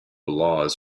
laws